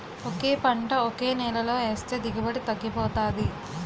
ఒకే పంట ఒకే నేలలో ఏస్తే దిగుబడి తగ్గిపోతాది